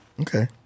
Okay